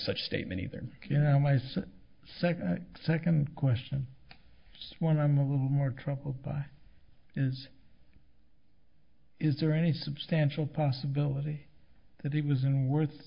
such statement either you know my second second question when i'm a little more troubled by it is is there any substantial possibility that it was in worth